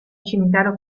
cimitero